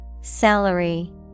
Salary